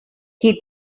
qui